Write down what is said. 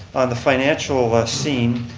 the financial scene,